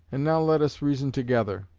and now let us reason together,